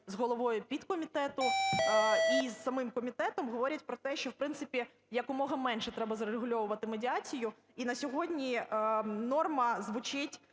з головою підкомітету, і з самим комітетом, говорять про те, що, в принципі, якомога менше треба зарегульовувати медіацію. І на сьогодні норма звучить